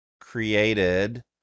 created